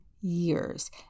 years